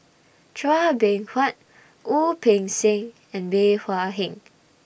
Chua Beng Huat Wu Peng Seng and Bey Hua Heng